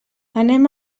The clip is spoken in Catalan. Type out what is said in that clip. anem